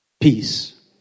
Peace